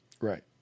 Right